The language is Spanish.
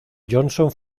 johnson